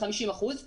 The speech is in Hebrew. ב-50 אחוזים